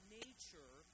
nature